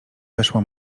weszła